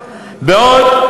בעוד